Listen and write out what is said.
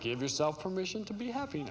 give yourself permission to be happy